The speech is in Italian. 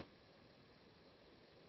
Grazie